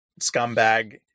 scumbag